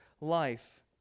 life